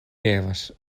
devas